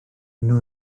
yno